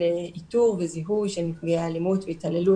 איתור וזיהוי של נפגעי אלימות והתעללות,